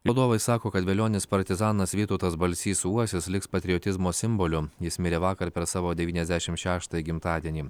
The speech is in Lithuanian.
vadovai sako kad velionis partizanas vytautas balsys uosis liks patriotizmo simboliu jis mirė vakar per savo devyniasdešim šeštąjį gimtadienį